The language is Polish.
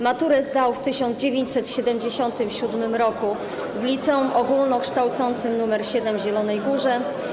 Maturę zdał w 1977 r. w Liceum Ogólnokształcącym nr 7 w Zielonej Górze.